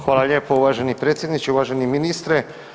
Hvala lijepo uvaženi predsjedniče, uvaženi ministre.